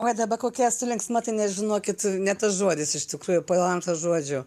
o dabar kokia esu linksmatai nes žinokit ne tas žodis iš tikrųjų po jolantos žodžių